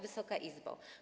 Wysoka Izbo!